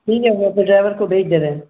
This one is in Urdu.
ٹھیک ہے سر تو ڈرائیور کو بھیج دے رہے ہیں